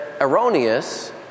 erroneous